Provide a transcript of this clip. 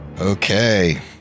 Okay